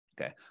Okay